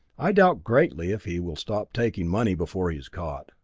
i doubt greatly if he will stop taking money before he is caught.